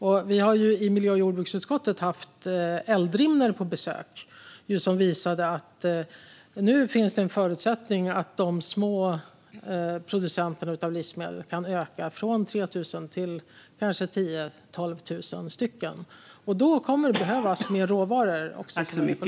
Vi har i miljö och jordbruksutskottet haft Eldrimner på besök, som visade att det nu finns förutsättningar för de små producenterna att öka i antal från 3 000 till kanske 10 000 eller 12 000. Då kommer det att behövas mer råvaror, också ekologiska.